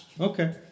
Okay